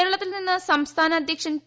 കേരളത്തിൽ നിന്ന് സംസ്ഥാന അദ്ധ്യക്ഷൻ പി